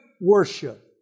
worship